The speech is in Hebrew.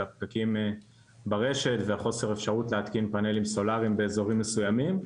של הפקקים ברשת וחוסר האפשרות להתקין פאנלים סולאריים באזורים מסוימים.